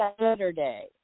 Saturday